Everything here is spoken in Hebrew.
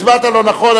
הצבעת לא נכון.